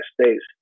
States